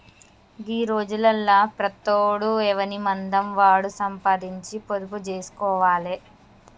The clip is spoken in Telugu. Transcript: గీ రోజులల్ల ప్రతోడు ఎవనిమందం వాడు సంపాదించి పొదుపు జేస్కోవాలె